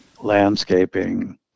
landscaping